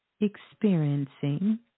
experiencing